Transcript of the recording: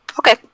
Okay